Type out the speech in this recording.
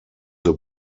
the